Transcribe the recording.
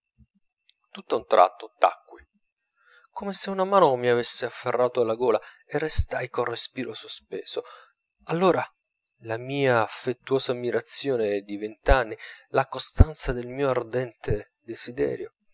tutt'a un tratto tacqui come se una mano mi avesse afferrato alla gola e restai col respiro sospeso allora la mia affettuosa ammirazione di venti anni la costanza del mio ardente desiderio